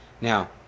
Now